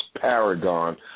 paragon